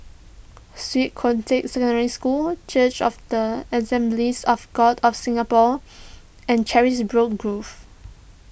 Swiss Cottage Secondary School Church of the Assemblies of God of Singapore and Carisbrooke Grove